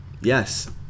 Yes